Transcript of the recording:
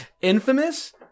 Infamous